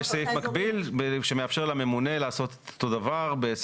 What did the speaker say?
יש סעיף מקביל שמאפשר לממונה לעשות את אותו דבר.